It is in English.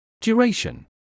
Duration